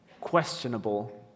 questionable